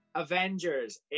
Avengers